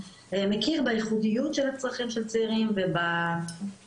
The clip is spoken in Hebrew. מכיר בייחודיות של הצרכים של צעירים ובעובדה